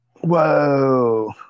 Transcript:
Whoa